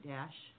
Dash